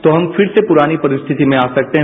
तो हम फिर से पुरानी परिस्थिति में आ सकते हैं